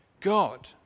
God